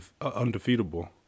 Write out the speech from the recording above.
undefeatable